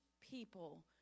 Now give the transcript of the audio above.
people